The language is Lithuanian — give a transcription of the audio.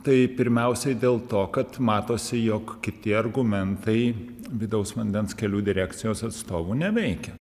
tai pirmiausiai dėl to kad matosi jog kiti argumentai vidaus vandens kelių direkcijos atstovų neveikia